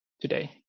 Today